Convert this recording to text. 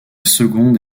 seconde